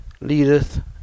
leadeth